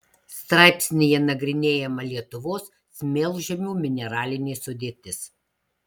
straipsnyje nagrinėjama lietuvos smėlžemių mineralinė sudėtis